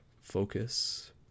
focus